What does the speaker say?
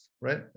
right